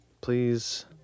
Please